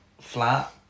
flat